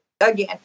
Again